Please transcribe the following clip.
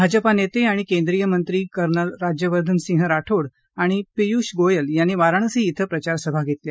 भाजपा नेते आणि केंद्रीय मंत्री कर्नल राज्यवर्धन सिंह राठोड आणि पियुष गोयल यांनी वाराणसी क्विं प्रचार सभा घेतल्या